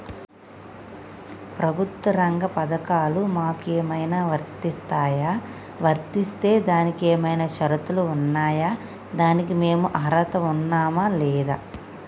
ప్రభుత్వ రంగ పథకాలు మాకు ఏమైనా వర్తిస్తాయా? వర్తిస్తే దానికి ఏమైనా షరతులు ఉన్నాయా? దానికి మేము అర్హత ఉన్నామా లేదా?